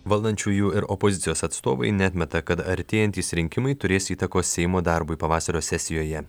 valdančiųjų ir opozicijos atstovai neatmeta kad artėjantys rinkimai turės įtakos seimo darbui pavasario sesijoje